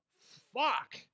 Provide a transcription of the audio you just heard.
Fuck